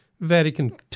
Vatican